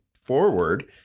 forward